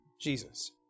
Jesus